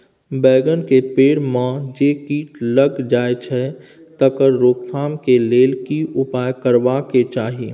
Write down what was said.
बैंगन के पेड़ म जे कीट लग जाय छै तकर रोक थाम के लेल की उपाय करबा के चाही?